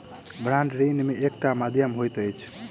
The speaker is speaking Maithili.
बांड ऋण के एकटा माध्यम होइत अछि